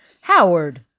Howard